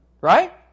Right